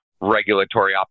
regulatory